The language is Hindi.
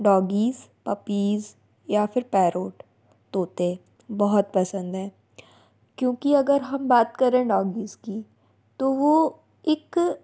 डॉगीस पपीज़ या फिर पैरोट तोते बहुत पसंद हैं क्योंकि अगर हम बात करें डॉगीज़ की तो वो एक